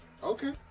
Okay